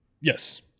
Yes